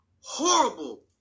horrible